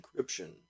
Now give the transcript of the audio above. encryption